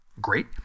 Great